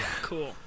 Cool